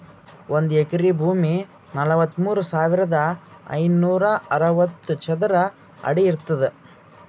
ಒಂದ್ ಎಕರಿ ಭೂಮಿ ನಲವತ್ಮೂರು ಸಾವಿರದ ಐನೂರ ಅರವತ್ತು ಚದರ ಅಡಿ ಇರ್ತದ